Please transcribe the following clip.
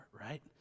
right